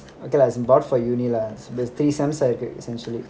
okay lah as in bought for uni lah so basically some essential